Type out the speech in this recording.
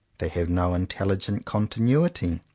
they have no intelligent continuity,